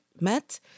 met